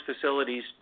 facilities